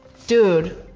dude,